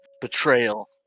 Betrayal